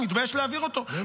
אני מתבייש להעביר אותו,